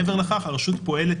מעבר לכך, הרשות פועלת